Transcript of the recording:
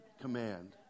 command